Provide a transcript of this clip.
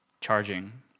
charging